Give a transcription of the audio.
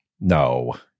No